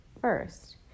first